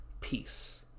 peace